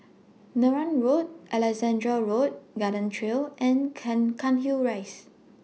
Neram Road Alexandra Road Garden Trail and Can Cairnhill Rise